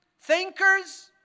thinkers